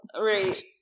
right